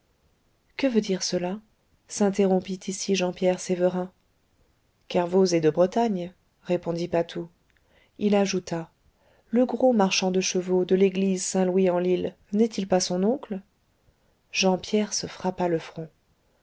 que veut dire cela s'interrompit ici jean pierre sévérin kervoz est de bretagne répondit patou il ajouta le gros marchand de chevaux de l'église saint louis en lile n'est-il pas son oncle jean pierre se frappa le front